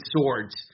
swords